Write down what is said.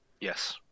Yes